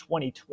2020